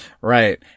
Right